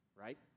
right